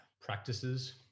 practices